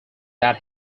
that